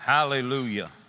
Hallelujah